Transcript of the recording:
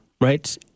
right